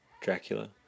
Dracula